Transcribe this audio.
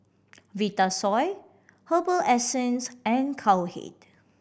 Vitasoy Herbal Essences and Cowhead